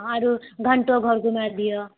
आरो घण्टो घर घुमाय दिहऽ